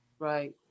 Right